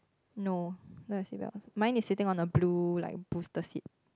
no don't have seatbelts mine is sitting on a blue like booster seat